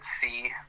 see